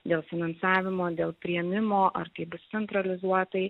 dėl finansavimo dėl priėmimo ar tai bus centralizuotai